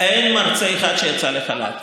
אין מרצה אחד שיצא לחל"ת.